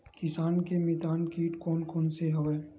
किसान के मितान कीट कोन कोन से हवय?